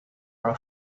are